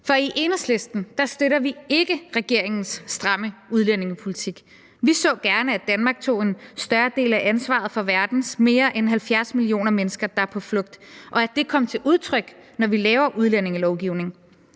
I Enhedslisten støtter vi ikke regeringens stramme udlændingepolitik. Vi så gerne, at Danmark tog en større del af ansvaret for verdens mere end 70 millioner mennesker, der er på flugt, og at det kom til udtryk, når vi laver udlændingelovgivning.